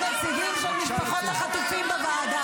בבקשה לצאת.